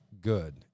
good